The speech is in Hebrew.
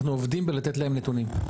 אנחנו עובדים בלתת להם נתונים,